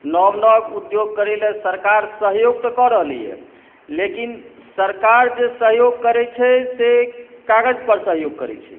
नव नव उद्योग करै लेल सरकार सहयोग तऽ कऽ रहलैए लेकिन सरकार जे सहयोग करैत छै से कागजपर सहयोग करैत छै